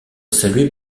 saluée